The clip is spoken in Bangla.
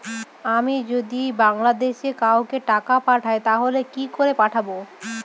আমি যদি বাংলাদেশে কাউকে টাকা পাঠাই তাহলে কি করে পাঠাবো?